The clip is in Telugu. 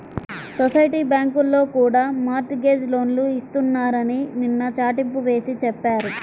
సొసైటీ బ్యాంకుల్లో కూడా మార్ట్ గేజ్ లోన్లు ఇస్తున్నారని నిన్న చాటింపు వేసి చెప్పారు